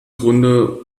grunde